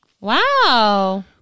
Wow